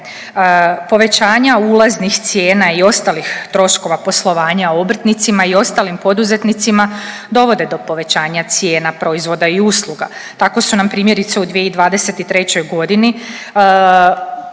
Povećanja ulaznih cijena i ostalih troškova poslovanja obrtnicima i ostalim poduzetnicima dovode do povećanja cijena proizvoda i usluga. Tako su nam primjerice u 2023. godini obrtnici